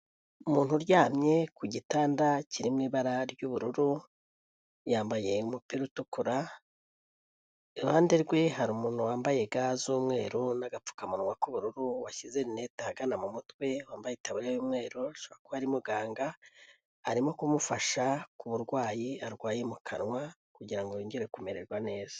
Umuntu uryamye ku gitanda kiri mu ibara ry'ubururu yambaye umupira utukura iruhande rwe hari umuntu wambaye ga z'umweru n'agapfukamunwa k'ubururu washyize rinete ahagana mu mutwe wambaye itaburiya yu mweru ashobora kuba ari muganga arimo kumufasha ku burwayi arwaye mu kanwa kugirango yongere kumererwa neza.